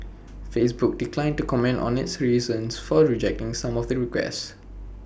Facebook declined to comment on its reasons for rejecting some of the requests